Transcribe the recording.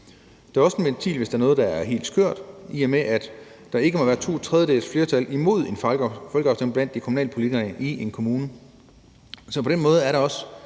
Det er også en ventil, hvis der er noget, der er helt skørt, i og med at der ikke må være totredjedelsflertal imod en folkeafstemning blandt kommunalpolitikerne i en kommune. Så hvis der er noget,